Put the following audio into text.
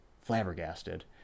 flabbergasted